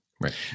Right